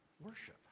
Worship